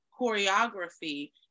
choreography